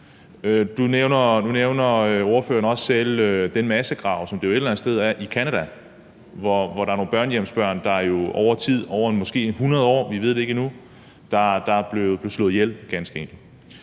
Nu nævner ordføreren også selv den massegrav et eller andet sted i Canada, hvor der er nogle børnehjemsbørn, der over tid – måske 100 år, vi ved det ikke endnu – er blevet slået ihjel, ganske enkelt.